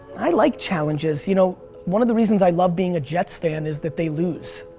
i like challenges. you know one of the reasons i love being a jets fan is that they lose.